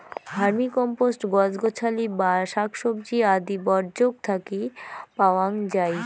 vermicompost গছ গছালি বা শাকসবজি আদি বর্জ্যক থাকি পাওয়াং যাই